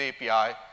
API